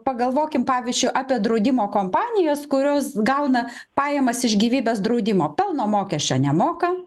pagalvokim pavyzdžiui apie draudimo kompanijas kurios gauna pajamas iš gyvybės draudimo pelno mokesčio nemoka